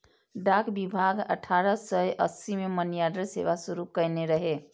डाक विभाग अठारह सय अस्सी मे मनीऑर्डर सेवा शुरू कयने रहै